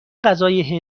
غذای